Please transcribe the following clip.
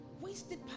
wasted